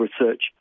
research